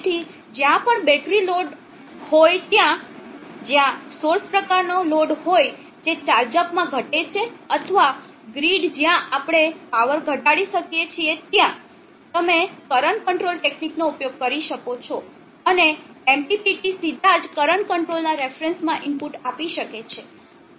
તેથી જ્યાં પણ બેટરી જેવો લોડ હોય ત્યાં જ્યાં સોર્સ પ્રકારનો લોડ હોય જે ચાર્જ અપમાં ઘટે છે અથવા ગ્રીડ જ્યાં આપણે પાવર ઘટાડી શકીએ છીએ ત્યાં તમે કરંટ કંટ્રોલ ટેકનીકનો ઉપયોગ કરી શકો છો અને MPPT સીધા જ કરંટ કંટ્રોલરના રેફરન્સ માં ઈનપુટ આપી શકે છે